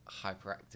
hyperactive